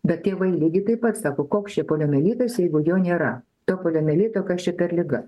bet tėvai lygiai taip pat sako koks čia poliomelitas jeigu jo nėra to poliomelito kas čia per liga